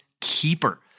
keeper